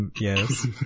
Yes